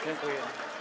Dziękuję.